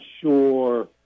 sure